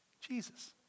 Jesus